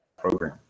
program